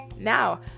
Now